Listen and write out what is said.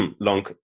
long